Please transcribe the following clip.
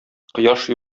кояш